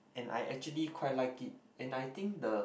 and I actually quite like it and I think the